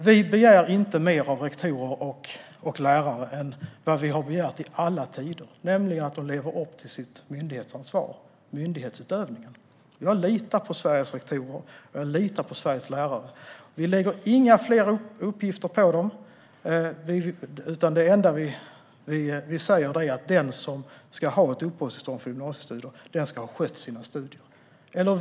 Vi begär inte mer av rektorerna och lärarna än vad vi har gjort i alla tider, nämligen att de lever upp till sitt myndighetsansvar och sköter myndighetsutövningen. Jag litar på Sveriges rektorer och lärare. Vi lägger inga fler uppgifter på dem, utan det enda vi säger är att den som vill ha ett uppehållstillstånd för gymnasiestudier ska ha skött sina studier.